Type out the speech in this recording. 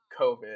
COVID